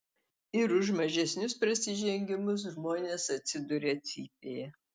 ir už mažesnius prasižengimus žmonės atsiduria cypėje